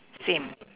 same